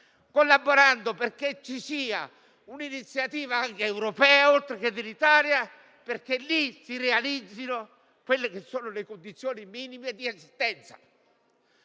collaborando perché ci sia un'iniziativa anche europea, oltre che dell'Italia, affinché si realizzino lì le condizioni minime di esistenza.